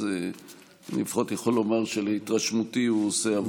אז אני יכול לפחות לומר שלהתרשמותי הוא עושה עבודה טובה.